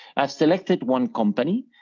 i selected one company,